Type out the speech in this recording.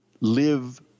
live